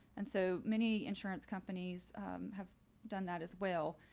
and so many insurance companies have done that as well.